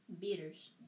Beaters